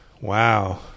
Wow